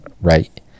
right